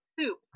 Soup